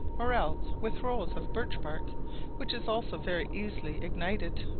or else with rolls of birch-bark, which is also very easily ignited.